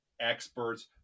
experts